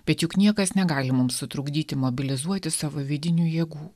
bet juk niekas negali mums sutrukdyti mobilizuoti savo vidinių jėgų